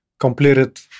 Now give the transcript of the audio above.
Completed